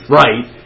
right